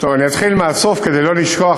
אז אני אתחיל מהסוף, כדי לא לשכוח.